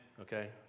Okay